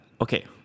Okay